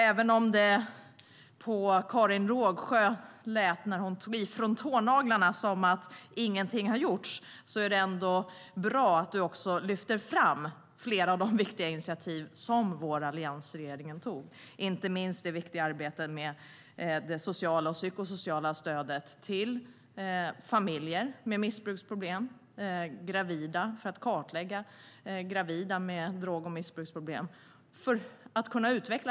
Även om Karin Rågsjö tog i från tånaglarna när hon sa att ingenting har gjorts är det ändå bra att hon också lyfter fram flera av de viktiga initiativ som alliansregeringen tog, inte minst arbetet med att utveckla det sociala och psykosociala stödet till familjer med missbruksproblem och med att kartlägga gravida med drog och missbruksproblem.